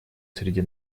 среди